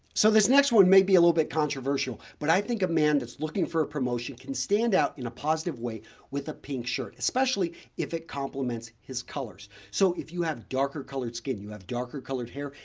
so, this next one may be a little bit controversial, but i think a man that's looking for a promotion can stand out in a positive way with a pink shirt especially if it complements his colors. so, if you have darker colored skin you have darker colored hair,